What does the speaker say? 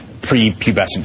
pre-pubescent